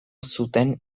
zuten